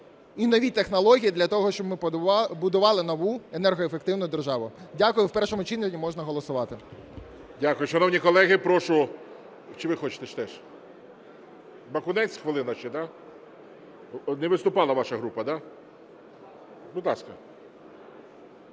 і нові технології для того, щоб ми побудували нову енергоефективну державу. Дякую. В першому читанні можна голосувати. ГОЛОВУЮЧИЙ. Дякую. Шановні колеги, прошу... Чи ви хочете теж? Бакунець, хвилина ще, да? Не виступала ваша група, да? Будь ласка.